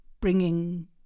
bringing